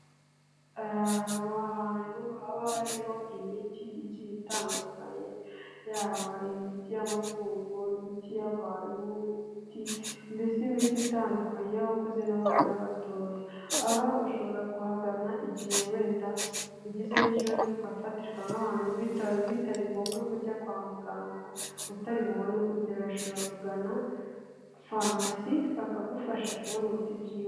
Aha haba hari imiti igiye itandukanye yaba imiti y'amatungo, imiti y'abantu, mbese imiti itandukanye y'abakuze n'abana n'abatoya, aha ushobora kuhagana igihe wenda ugize nk'ikibazo ukafatirwa nk'ahantu bitari ngombwa ko ujya kwa muganga utari bubone uko ugerayo ushobora kugana farumasi bakagufasha kubona umuti byihuse.